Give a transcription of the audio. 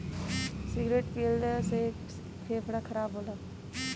cigarette पियला से फेफड़ा खराब होला